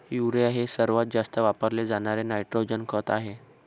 urea हे सर्वात जास्त वापरले जाणारे नायट्रोजन खत आहे